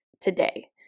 today